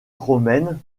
romaine